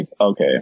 okay